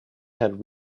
had